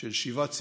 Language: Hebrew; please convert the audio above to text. של שיבת ציון.